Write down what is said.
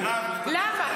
למה?